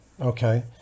Okay